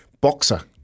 boxer